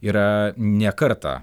yra ne kartą